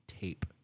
tape